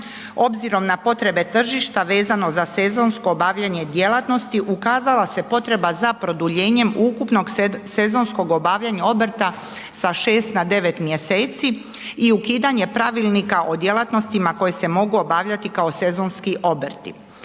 obzirom na potrebe tržišta vezano za sezonsko obavljanje djelatnosti, ukazala se potreba za produljenjem ukupnog sezonskog obavljanja obrta sa 6 na 9 mjeseci i ukidanje Pravilnika o djelatnostima koje se mogu obavljati kao sezonski obrti.